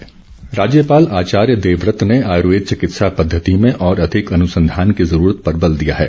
राज्यपाल राज्यपाल आचार्य देवव्रत ने आयुर्वेद चिकित्सा पद्धति में और अधिक अनुसंधान की ज़रूरत पर बल दिया है